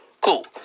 Cool